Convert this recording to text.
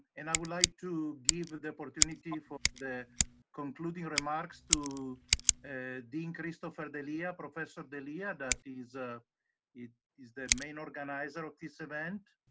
and i would like to give the opportunity for the concluding remarks to and dean christopher d'elia, professor d'elia, that is a it is the main organizer of this event.